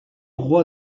roi